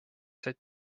said